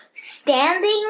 Standing